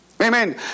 Amen